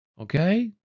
Okay